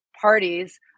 parties